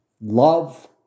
Love